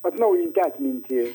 atnaujinti atmintį